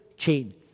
Chain